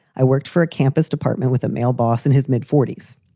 i worked for a campus department with a male boss in his mid forty s.